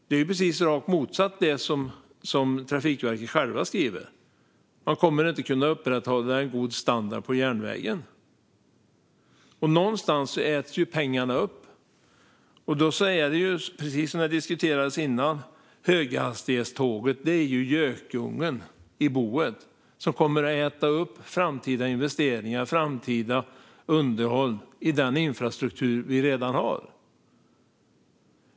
Det är precis rakt motsatt det som Trafikverket själva skriver: Man kommer inte att kunna upprätthålla en god standard på järnvägen. Någonstans äts pengarna upp, och det är, precis som diskuterades innan, höghastighetståget som är den gökunge i boet som kommer att äta upp framtida investeringar och framtida underhåll i den infrastruktur vi redan har.